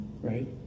right